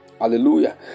Hallelujah